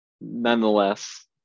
nonetheless